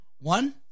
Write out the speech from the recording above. One